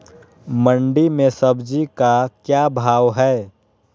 मंडी में सब्जी का क्या भाव हैँ?